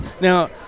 Now